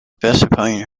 specifying